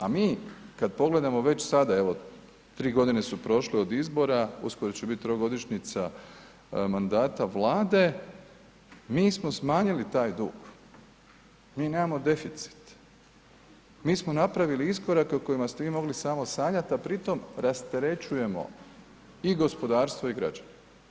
A mi kada pogledamo već sada evo tri godine su prošle od izbora, uskoro će biti trogodišnjica mandata Vlade, mi smo smanjili taj dug, mi nemamo deficit, mi smo napravili iskorake o kojima ste vi mogli samo sanjati, a pri tom rasterećujemo i gospodarstvo i građane.